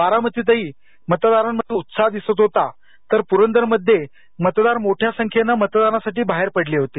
बारामतीतही मतदारांमध्ये उत्साह दिसत होता तर पुरंदरमध्ये मतदार मोठ्या संख्येने मतदानासाठी बाहेर पडले होते